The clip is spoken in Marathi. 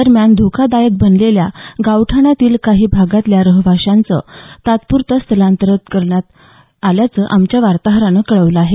दरम्यान धोकादायक बनलेल्या गावठाणातील काही भागांतल्या रहिवाशांचं तात्पूरतं स्थलांतर करण्यात येणार असल्याचं आमच्या वार्ताहरानं कळवलं आहे